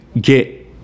get